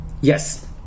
yes